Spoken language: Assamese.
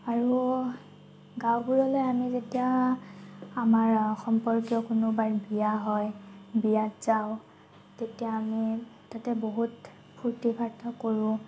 আৰু গাঁওবোৰলৈ আমি যেতিয়া আমাৰ সম্পৰ্কীয় কোনোবাৰ বিয়া হয় বিয়াত যাওঁ তেতিয়া আমি তাতে বহুত ফুৰ্তি ফাৰ্তা কৰোঁ